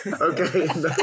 Okay